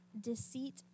deceit